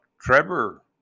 Trevor